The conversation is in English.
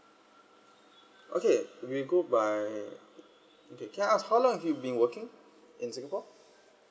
okay we go by okay can I ask how long have you been working in singapore i